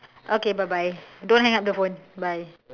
okay bye bye don't hang up the phone bye